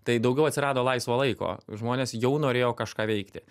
tai daugiau atsirado laisvo laiko žmonės jau norėjo kažką veikti